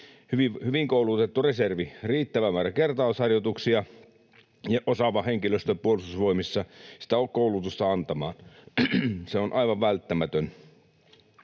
hyvin koulutettu reservi, riittävä määrä kertausharjoituksia ja osaava henkilöstö Puolustusvoimissa sitä koulutusta antamaan. Se on aivan välttämätön.